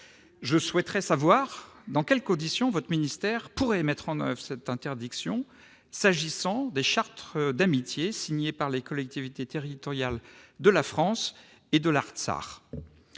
je souhaiterais savoir dans quelles conditions votre ministère pourrait mettre en oeuvre cette interdiction en ce qui concerne les chartes d'amitié signées par les collectivités territoriales de la France et de l'Artsakh.